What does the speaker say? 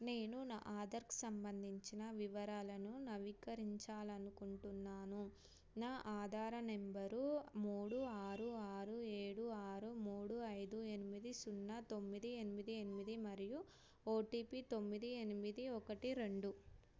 నేను నా ఆధార్కి సంబంధించిన వివరాలను నవీకరించాలి అనుకుంటున్నాను నా ఆధార్ నంబరు మూడు ఆరు ఆరు ఏడు ఆరు మూడు ఐదు ఎనిమిది సున్నా తొమ్మిది ఎనిమిది ఎనిమిది మరియు ఓటీపీ తొమ్మిది ఎనిమిది ఒకటి రెండు